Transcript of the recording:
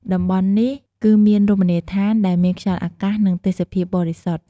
តំបន់នេះ គឺមានរមណីយដ្ឋាន ដែលមានខ្យល់អាកាស និងទេសភាពបរិសុទ្ធ ។